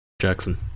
Jackson